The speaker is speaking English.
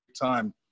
time